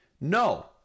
no